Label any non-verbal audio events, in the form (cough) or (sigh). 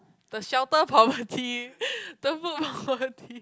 the shelter poverty (laughs) the food poverty (laughs)